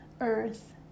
earth